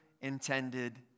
intended